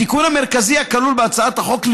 התיקון המרכזי הכלול בהצעת החוק,